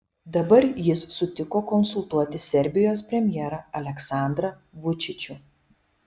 dabar jis sutiko konsultuoti serbijos premjerą aleksandrą vučičių